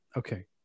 Okay